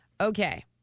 Okay